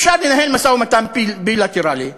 אפשר לנהל משא-ומתן בילטרלי.